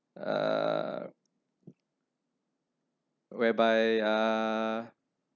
uh whereby uh